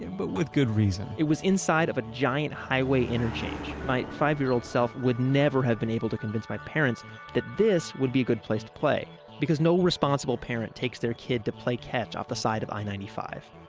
and but with good reason. it was inside of a giant highway interchange. my five year old self would never have been able to convince my parents that this would be a good place to play because no responsible parent takes their kid to play catch of the side of i ninety five.